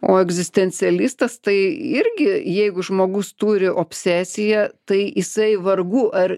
o egzistencialistas tai irgi jeigu žmogus turi obsesiją tai jisai vargu ar